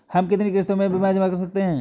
हम कितनी किश्तों में बीमा जमा कर सकते हैं?